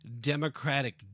Democratic